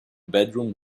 bedroom